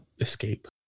escape